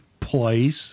place